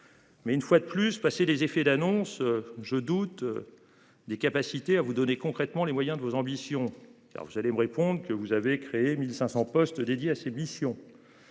Mais une fois de plus passer des effets d'annonce je doute. Des capacités à vous donner concrètement les moyens de vos ambitions. Alors vous allez me répondre que vous avez créé 1500 postes dédiés à ces missions.